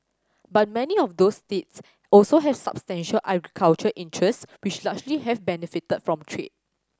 but many of those states also have substantial agricultural interests which largely have benefited from trade